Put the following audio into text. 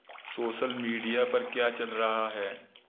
social media पर क्या चल रहा है